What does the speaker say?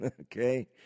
okay